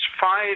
five